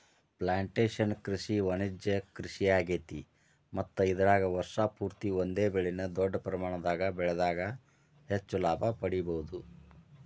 plantation ಕೃಷಿ ವಾಣಿಜ್ಯ ಕೃಷಿಯಾಗೇತಿ ಮತ್ತ ಇದರಾಗ ವರ್ಷ ಪೂರ್ತಿ ಒಂದೇ ಬೆಳೆನ ದೊಡ್ಡ ಪ್ರಮಾಣದಾಗ ಬೆಳದಾಗ ಹೆಚ್ಚ ಲಾಭ ಪಡಿಬಹುದ